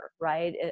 right